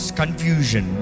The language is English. confusion